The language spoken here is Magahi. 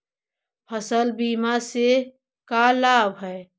फसल बीमा से का लाभ है?